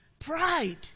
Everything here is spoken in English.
Pride